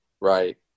right